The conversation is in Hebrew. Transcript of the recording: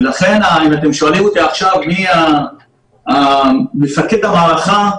ולכן אם אתם שואלים אותי: מי מפקד המערכה?